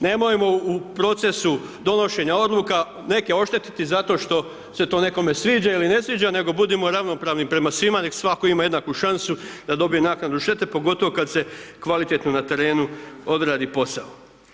Nemojmo u procesu donošenja odluka neke oštetiti zato što se to nekome sviđa ili ne sviđa, nego budimo ravnopravni prema svima, nek svatko ima jednaku šansu da dobije naknadu štete, pogotovo kad se kvalitetno na terenu odradi posao.